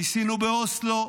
ניסינו באוסלו,